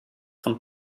von